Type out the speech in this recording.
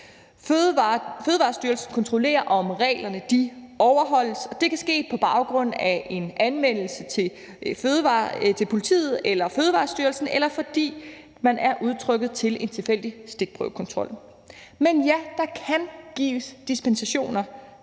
Fødevarestyrelsen kontrollerer, om reglerne overholdes. Det kan ske på baggrund af en anmeldelse til politiet eller Fødevarestyrelsen, eller fordi man er udtrukket til en tilfældig stikprøvekontrol. Men ja, der kan gives dispensationer